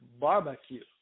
barbecue